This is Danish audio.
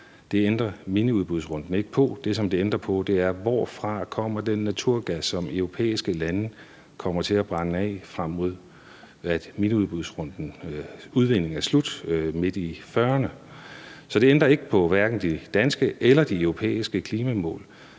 Det ændrer miniudbudsrunden ikke på. Det, som den ændrer på, er, hvorfra den naturgas kommer, som europæiske lande kommer til at brænde af, frem mod at udvindingen på baggrund af minudbudsrunden er slut midt i 2040'erne. Så det ændrer hverken på de danske eller de europæiske klimamål,